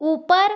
ऊपर